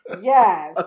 Yes